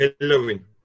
Halloween